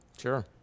Sure